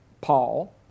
Paul